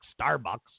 Starbucks